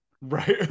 Right